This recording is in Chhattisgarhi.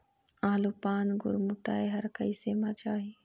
आलू पान गुरमुटाए हर कइसे मर जाही?